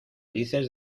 dices